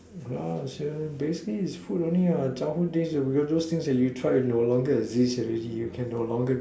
!wah! sure basically is food only what childhood days all those things that you try no longer exist already you can no longer